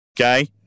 okay